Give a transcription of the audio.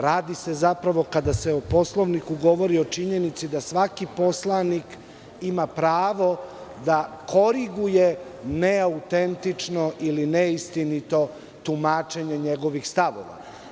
Radi se zapravo kada se o Poslovniku govori o činjenici da svaki poslanik ima pravo da koriguje neautentično ili neistinito tumačenje njegovih stavova.